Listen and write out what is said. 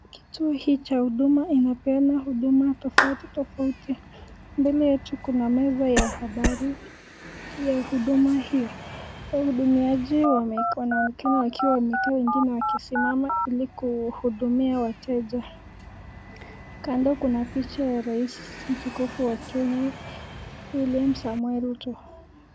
Kituo hii cha huduma inapeana huduma tofauti tofauti. Mbele yetu kuna meza ya habari ya huduma hiyo, wahudumiaji wakiwa wamekaa wengine wakiwa wamesima ili kuhudumia wateja. Kando kuna picha ya rais mtukufu wa kenya William Samoei Ruto.